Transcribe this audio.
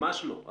ממש לא.